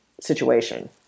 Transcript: situation